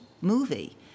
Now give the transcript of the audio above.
movie